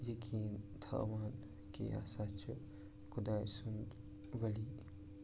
یقیٖن تھاوان کہِ یہِ ہسا چھُ خۄداے سُنٛد ؤلی